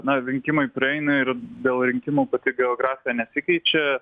na rinkimai praeina ir dėl rinkimų pati geografija nesikeičia